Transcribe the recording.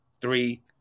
three